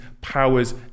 powers